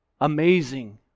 Amazing